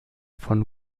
von